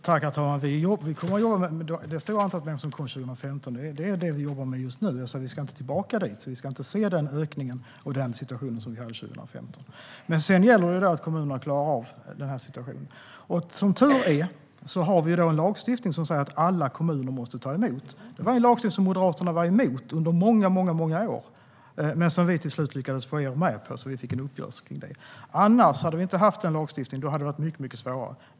Herr talman! Ett stort antal människor anlände 2015. Det är det vi jobbar med nu. Men vi ska inte tillbaka dit. Vi ska inte se den situation igen som rådde 2015. Sedan gäller det att kommunerna klarar av situationen. Som tur är finns en lagstiftning som säger att alla kommuner måste ta emot nyanlända. Det var en lagstiftning som Moderaterna var emot under många år men som vi till slut lyckades få er med på. Det blev en uppgörelse. Annars hade inte den lagstiftningen funnits, och då hade det varit svårare.